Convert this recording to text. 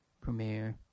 premiere